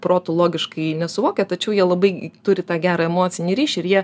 protu logiškai nesuvokia tačiau jie labai turi tą gerą emocinį ryšį ir jie